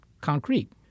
concrete